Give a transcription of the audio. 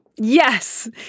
Yes